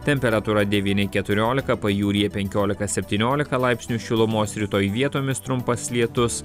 temperatūra devyni keturiolika pajūryje penkiolika septyniolika laipsnių šilumos rytoj vietomis trumpas lietus